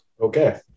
Okay